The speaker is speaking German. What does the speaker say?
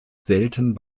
selten